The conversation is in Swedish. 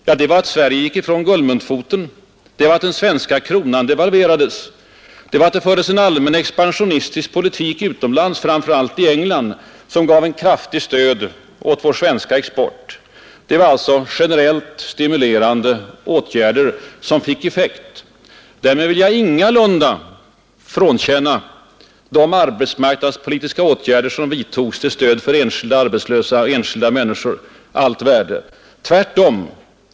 Jo, det var att Sverige gick ifrån guldmyntfoten, att den svenska kronan devalverades och att det utomlands, framför allt i England, fördes en allmän expansionistisk politik som gav ett kraftigt stöd åt den svenska exporten. Det var alltså generellt stimulerande åtgärder som fick effekt. Därmed vill jag ingalunda frånkänna de arbetsmarknadspolitiska åtgärder som vidtogs allt värde till stöd för arbetslösa och enskilda människor. Tvärtom.